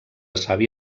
savi